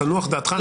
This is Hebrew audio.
תנוח דעתך,